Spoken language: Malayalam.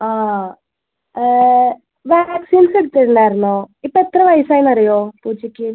ആ വാക്സിൻസ് എടുത്തില്ലായിരുന്നോ ഇപ്പോൾ എത്ര വയസ്സായി എന്നറിയുമോ പൂച്ചയ്ക്ക്